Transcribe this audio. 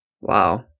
Wow